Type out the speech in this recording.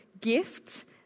gift